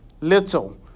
Little